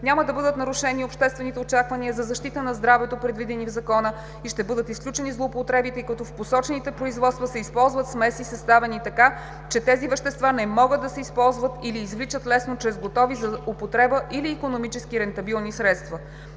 няма да бъдат нарушени обществените очаквания за защита на здравето, предвидени в закона и ще бъдат изключени злоупотреби, тъй като в посочените производства се използват смеси, съставени така, че тези вещества не могат да се използват или извличат лесно чрез готови за употреба или икономически рентабилни средства.